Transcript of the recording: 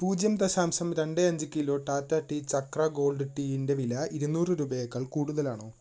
പൂജ്യം ദശാംശം രണ്ട് അഞ്ച് kilo Tata tea Chakra gold tea ന്റെ വില ഇരുന്നൂറ് രൂപയേക്കാൾ കൂടുതലാണോ